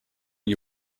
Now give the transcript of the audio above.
you